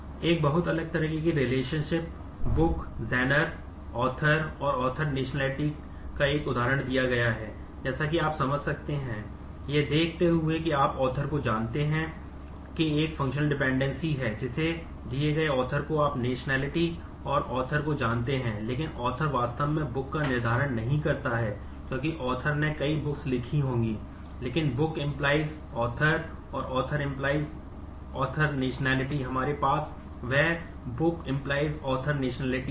एक बहुत अलग तरह की रिलेशनशिप है जो हमारे पास है